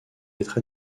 être